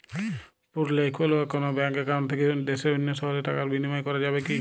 পুরুলিয়ায় খোলা কোনো ব্যাঙ্ক অ্যাকাউন্ট থেকে দেশের অন্য শহরে টাকার বিনিময় করা যাবে কি?